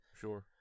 Sure